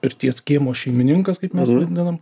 pirties kiemo šeimininkas kaip mes vadindavom